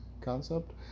concept